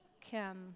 Kim